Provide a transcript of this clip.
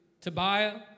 Tobiah